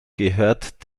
gehört